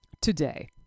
today